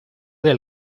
del